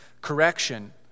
correction